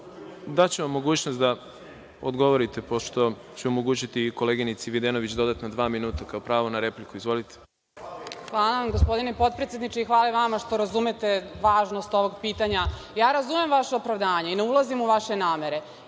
Daću vam mogućnost da odgovorite, pošto ću omogućiti i koleginici Videnović dodatna dva minuta, kao pravo na repliku. Izvolite. **Maja Videnović** Hvala vam, gospodine potpredsedniče. Hvala i vama što razumete važnost ovog pitanja. Ja razumem vaše opravdanje i ne ulazim u vaše namere.